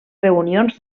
reunions